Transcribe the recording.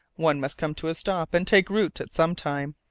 one must come to a stop and take root at some time.